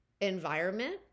environment